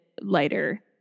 lighter